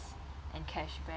and cashback